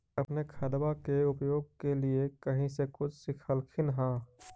अपने खादबा के उपयोग के लीये कही से कुछ सिखलखिन हाँ?